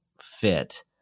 fit